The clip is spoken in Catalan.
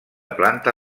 planta